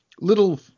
little